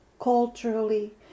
culturally